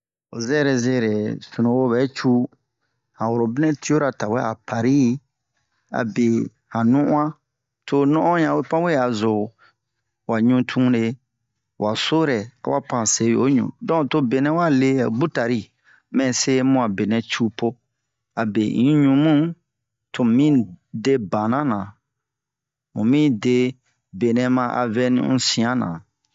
zɛe zɛrɛ yɛ sunuwo ɓɛ cu han horobinɛ tiyora tawɛ a pari abe han nu'an to ho nu'an ɲanpan we a zo wa ɲuture wa sorɛ awa pan se yoɲu donk benɛ wale butari mɛ se mu a benɛ cu po abe in ɲu mu tomu mi de bana nan mumi de benɛ ama vɛni un siyan na